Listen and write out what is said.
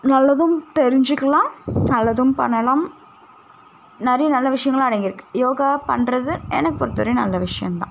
நல்லதும் தெரிஞ்சிக்கலாம் நல்லதும் பண்ணலாம் நிறைய நல்ல விஷயங்களும் அடங்கிருக்குது யோகா பண்ணுறது என்னை பொறுத்த வரையும் நல்ல விஷயம் தான்